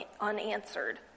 unanswered